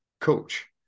coach